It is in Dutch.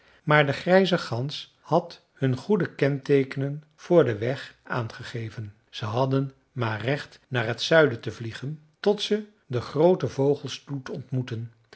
maar de grijze gans had hun goede kenteekenen voor den weg aangegeven ze hadden maar recht naar het zuiden te vliegen tot ze den grooten vogelstoet ontmoetten